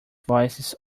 voices